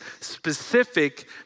specific